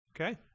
Okay